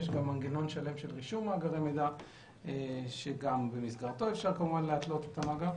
יש מנגנון שלם של רישום מאגרי מידע שבמסגרתו אפשר להתלות את המאגר.